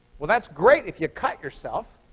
well, that's great if you cut yourself.